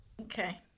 Okay